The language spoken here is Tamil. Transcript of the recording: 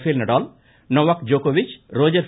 பேல் நடால் நொவாக் ஜேக்கோவிச் ரோஜர் ர்